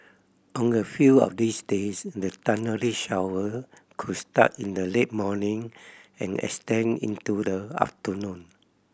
on a few of these days the thundery shower could start in the late morning and extend into the afternoon